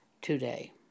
today